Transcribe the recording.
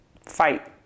fight